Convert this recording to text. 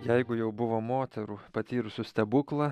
jeigu jau buvo moterų patyrusių stebuklą